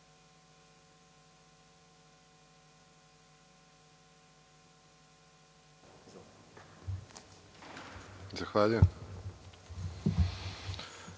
Hvala.